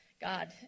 God